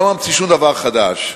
אני לא ממציא שום דבר חדש,